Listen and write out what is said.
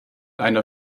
einer